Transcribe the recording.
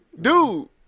dude